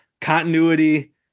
Continuity